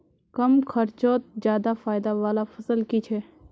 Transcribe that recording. कम खर्चोत ज्यादा फायदा वाला फसल की छे?